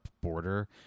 border